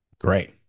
Great